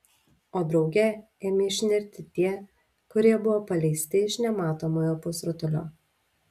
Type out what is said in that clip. o drauge ėmė išnirti tie kurie buvo paleisti iš nematomojo pusrutulio